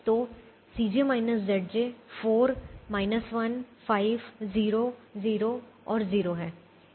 तो 4 1 5 0 0 और 0 हैं